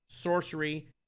sorcery